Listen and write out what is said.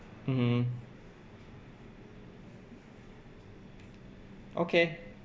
mmhmm okay